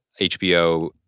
HBO